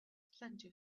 plenty